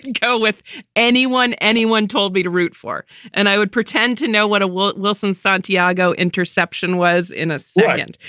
go with anyone. anyone told me to root for and i would pretend to know what ah a wilson santiago interception was in a second.